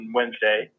Wednesday